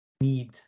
need